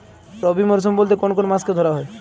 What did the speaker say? রবি মরশুম বলতে কোন কোন মাসকে ধরা হয়?